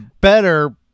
better